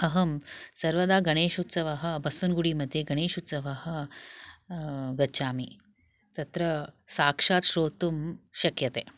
अहं सर्वदा गणेशोत्सवः बस्वनगुडी मध्ये गणेशोत्सवः गच्छामि तत्र साक्षात् श्रोतुं शक्यते